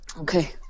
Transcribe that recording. Okay